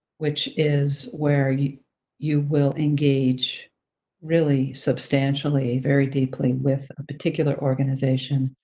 which is where you you will engage really substantially, very deeply with a particular organization,